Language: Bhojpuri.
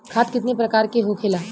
खाद कितने प्रकार के होखेला?